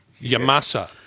Yamasa